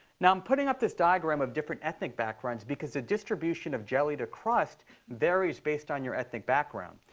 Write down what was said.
now i'm putting up this diagram of different ethnic backgrounds because the distribution of jelly to crust varies based on your ethnic background.